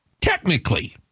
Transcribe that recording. technically